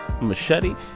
machete